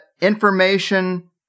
information